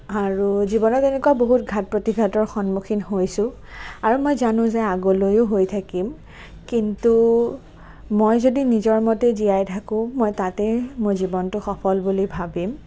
আৰু জীৱনত এনেকুৱা বহুত ঘাত প্ৰতিঘাতৰ সন্মুখীন হৈছোঁ আৰু মই জানো যে আগলৈয়ো হৈ থাকিম কিন্তু মই যদি নিজৰ মতে জীয়াই থাকোঁ মই তাতেই মোৰ জীৱনটো সফল বুলি ভাবিম